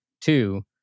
Two